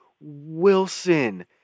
Wilson